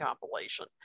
compilation